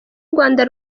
rwanda